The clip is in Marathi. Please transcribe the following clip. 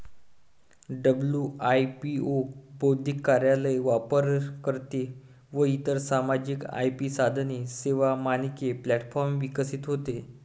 डब्लू.आय.पी.ओ बौद्धिक कार्यालय, वापरकर्ते व इतर सामायिक आय.पी साधने, सेवा, मानके प्लॅटफॉर्म विकसित होते